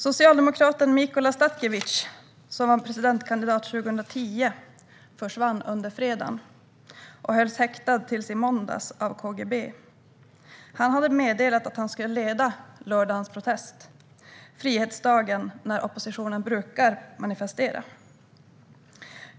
Socialdemokraten Mikola Statkevitj, som var presidentkandidat 2010, försvann under fredagen och hölls häktad av KGB till i måndags. Han hade meddelat att han skulle leda lördagens protest på Frihetsdagen, då oppositionen brukar manifestera.